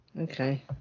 Okay